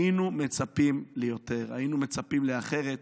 היינו מצפים ליותר, היינו מצפים לאחרת,